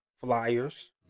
Flyers